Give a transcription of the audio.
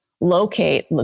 locate